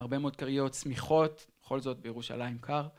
‫הרבה מאוד כריות, שמיכות, ‫בכל זאת בירושלים קר.